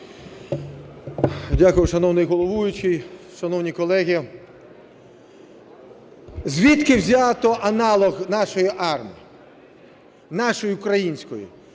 Дякую, шановний головуючий. Шановні колеги, звідки взято аналог нашої АРМА, нашої української?